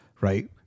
Right